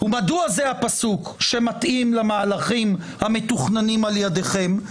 ומדוע זה הפסוק שמתאים למהלכים המתוכננים על ידיכם?